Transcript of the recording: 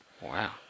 Wow